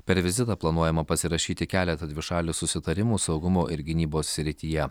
per vizitą planuojama pasirašyti keletą dvišalių susitarimų saugumo ir gynybos srityje